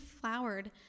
flowered